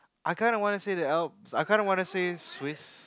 I kind of wanna say the Alps I kind of wanna say Swiss